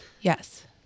Yes